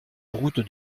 route